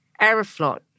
Aeroflot